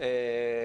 כאן בארץ ישראל.